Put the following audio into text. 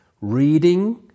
reading